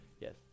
Yes